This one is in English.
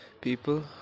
People